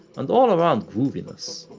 and all around grooviness.